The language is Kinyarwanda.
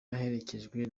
aherekejwe